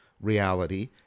reality